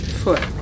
foot